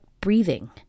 breathing